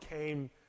came